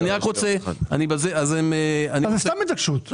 זה סתם התעקשות.